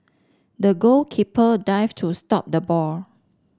the goalkeeper dived to stop the ball